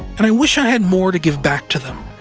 and i wish i had more to give back to them.